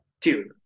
dude